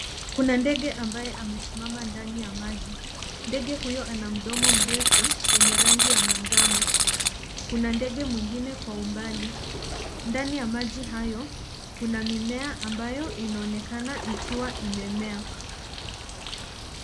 Kuna ndege ambaye amesimama ndani ya maji. Ndege huyo ana mdomo mrefu wenye rangi ya manjano. Kuna ndege mwengine kwa umbali. Ndani ya maji hayo kuna mimea ambayo inaonekana ikiwa imemea.